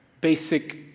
basic